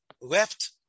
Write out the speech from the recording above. left